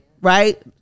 Right